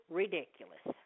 ridiculous